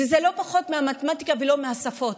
וזה לא פחות מהמתמטיקה ולא פחות מהשפות.